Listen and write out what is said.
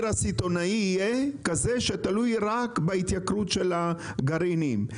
הסיטונאי יהיה כזה שתלוי רק בהתייקרות של הגרעינים,